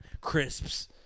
Crisps